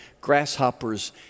grasshoppers